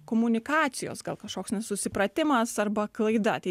komunikacijos gal kažkoks nesusipratimas arba klaida tai